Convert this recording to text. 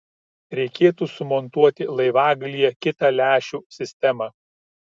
reikėtų sumontuoti laivagalyje kitą lęšių sistemą